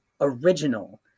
original